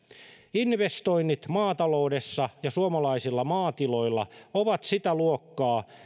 investoinnit maataloudessa ja suomalaisilla maatiloilla ovat sitä luokkaa